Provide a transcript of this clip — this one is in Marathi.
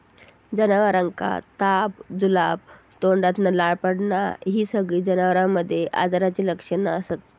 जनावरांका ताप, जुलाब, तोंडातना लाळ पडना हि सगळी जनावरांमध्ये आजाराची लक्षणा असत